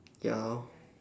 ya lor